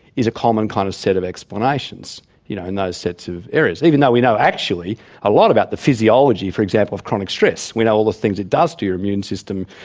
is a common kind of set of explanations you know in those sets of areas, even though we know actually a lot about the physiology, for example, of chronic stress. we know all the things it does to your immune system,